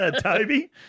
Toby